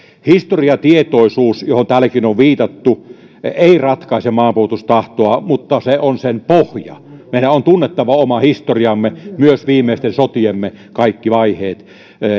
historiatietoisuus johon täälläkin on viitattu ei ratkaise maanpuolustustahtoa mutta se on sen pohja meidän on tunnettava oma historiamme myös viimeisten sotiemme kaikki vaiheet